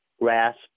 grasp